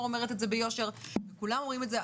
אומרת את זה ביושר וכולם אומרים את זה,